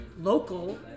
local